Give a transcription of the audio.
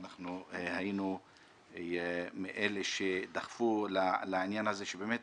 ואנחנו היינו מאלה שדחפו לעניין הזה, שבאמת